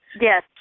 Yes